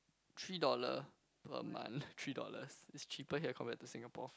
three dollar per month three dollars it's cheaper here compared to Singapore